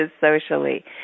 socially